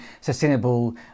Sustainable